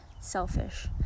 selfish